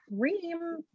cream